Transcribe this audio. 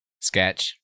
Sketch